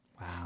Wow